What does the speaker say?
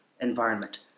environment